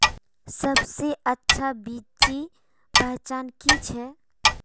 सबसे अच्छा बिच्ची पहचान की छे?